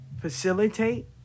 facilitate